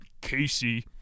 Casey